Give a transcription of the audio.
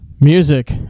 Music